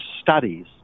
studies